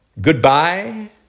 Goodbye